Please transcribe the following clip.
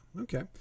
Okay